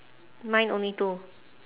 mine only two